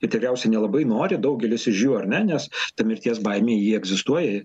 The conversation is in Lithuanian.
ir tikriausiai nelabai nori daugelis iš jų ar ne nes ta mirties baimė ji egzistuoja